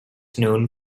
known